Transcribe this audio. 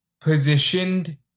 positioned